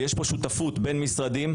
ויש פה שותפות בין משרדים,